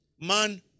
man